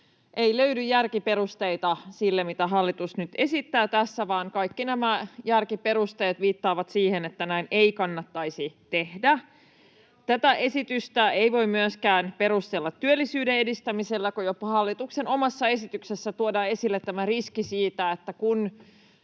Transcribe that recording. Ei löydy järkiperusteita sille, mitä hallitus nyt esittää tässä, vaan kaikki järkiperusteet viittaavat siihen, että näin ei kannattaisi tehdä. Tätä esitystä ei voi myöskään perustella työllisyyden edistämisellä, kun jopa hallituksen omassa esityksessä tuodaan esille tämä riski siitä, että jos